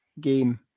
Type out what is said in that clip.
game